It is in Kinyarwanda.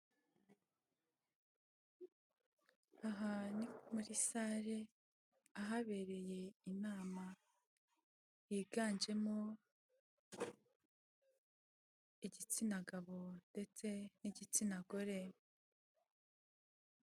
Aha ni muri sale, ahabereye inama yiganjemo igitsina gabo ndetse n'igitsina gore.